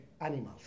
animals